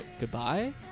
Goodbye